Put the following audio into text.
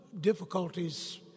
difficulties